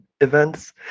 Events